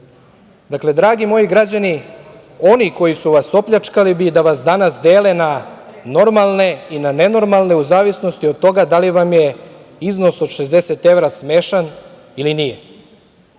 Dakle, dragi moji građani, oni koji su vas opljačkali bi da vas danas dele na normalne i na nenormalne, u zavisnosti od toga da li vam je iznos od 60 evra smešan ili nije.